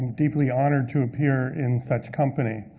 deeply honored to appear in such company.